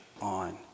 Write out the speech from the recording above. on